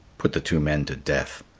put the two men to death.